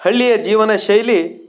ಹಳ್ಳಿಯ ಜೀವನ ಶೈಲಿ